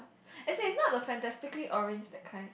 as in is not the fantastically orange that kind